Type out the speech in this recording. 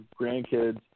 grandkids